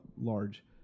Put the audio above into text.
large